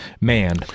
man